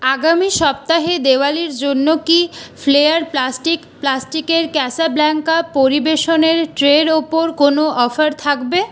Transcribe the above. আগামি সপ্তাহে দেওয়ালীর জন্য কি ফ্লেয়ার প্লাস্টিক প্লাস্টিকের ক্যাসাব্ল্যাঙ্কা পরিবেশনের ট্রের ওপর কোনও অফার থাকবে